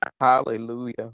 Hallelujah